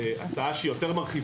צריך לדעת שזאת הצעה שהיא יותר מרחיבה